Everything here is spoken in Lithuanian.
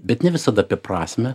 bet ne visada apie prasmę